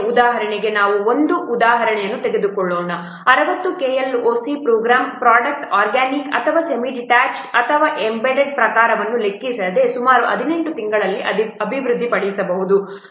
ಉದಾಹರಣೆಗೆ ನಾವು ಒಂದು ಉದಾಹರಣೆಯನ್ನು ತೆಗೆದುಕೊಳ್ಳೋಣ 60 KLOC ಪ್ರೋಗ್ರಾಂ ಪ್ರೊಡಕ್ಟ್ ಆರ್ಗ್ಯಾನಿಕ್ ಅಥವಾ ಸೆಮಿ ಡಿಟ್ಯಾಚ್ಗೆ ಅಥವಾ ಎಂಬೆಡೆಡ್ ಪ್ರಕಾರವನ್ನು ಲೆಕ್ಕಿಸದೆ ಸುಮಾರು 18 ತಿಂಗಳುಗಳಲ್ಲಿ ಅಭಿವೃದ್ಧಿಪಡಿಸಬಹುದು